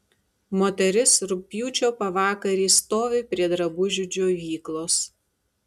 moteris rugpjūčio pavakarį stovi prie drabužių džiovyklos